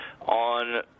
on